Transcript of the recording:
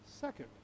Second